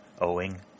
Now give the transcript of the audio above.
owing